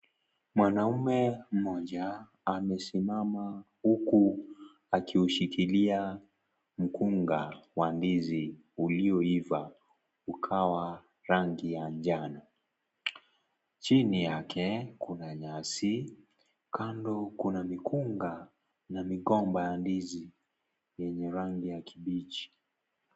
Mwanaume mmoja amesimama huku akiushikilia mkunga wa ndizi ulioiva ukawa rangi ya njano, chini yake kuna nyasi kando kuna mikunga na migomba ya ndizi yenye rangi ya kibichi.